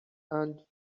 and